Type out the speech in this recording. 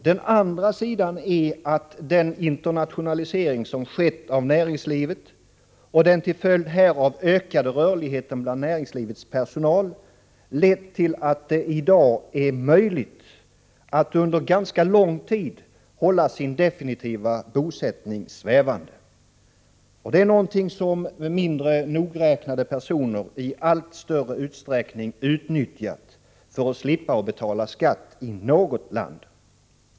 Den andra sidan är att den internationalisering som skett av näringslivet och den till följd härav ökade rörligheten bland näringslivets personal lett till att det i dag är möjligt att under ganska lång tid hålla sin definitiva bosättning svävande, och det är något som mindre nogräknade personer i allt större utsträckning utnyttjat för att slippa betala skatt i något land.